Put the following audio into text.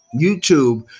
YouTube